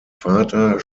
vater